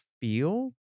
feel